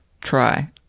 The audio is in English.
try